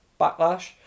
Backlash